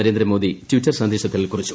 Narendra Modi Twitter സന്ദേശത്തിൽ കുറിച്ചു